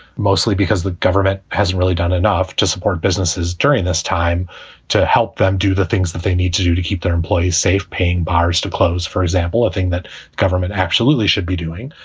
mostly because the government hasn't really done enough to support businesses during this time to help them do the things that they need to do to keep their employees safe. paying bars to close, for example, a thing that government absolutely should be doing.